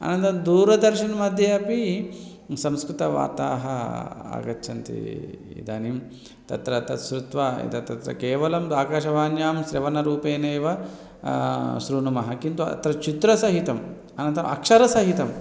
अनन्तरं दूरदर्शनमध्ये अपि संस्कृतवार्ताः आगच्छन्ति इदानीं तत्र तत् शृत्वा एतत् त केवलं आकाशवाण्यां श्रवणरूपेणेव शृणुमः किन्तु अत्र चित्रसहितम् अनन्तरम् अक्षरसहितम्